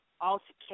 altercation